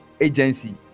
agency